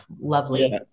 lovely